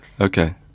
Okay